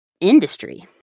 industry